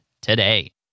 today